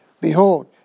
Behold